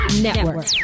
Network